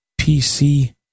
PC